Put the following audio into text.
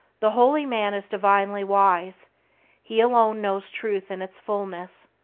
the holy man is divinely wise he alone knows truth in its fullness,